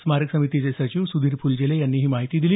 स्मारक समितीचे सचिव सुधीर फुलझेले यांनी ही माहिती दिली